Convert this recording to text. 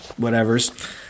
whatevers